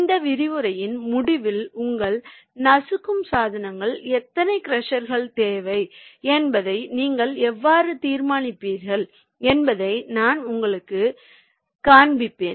இந்த விரிவுரையின் முடிவில் உங்கள் நசுக்கும் சாதனங்கள் எத்தனை க்ரஷர்கள் தேவை என்பதை நீங்கள் எவ்வாறு தீர்மானிப்பீர்கள் என்பதை நான் உங்களுக்குக் காண்பிப்பேன்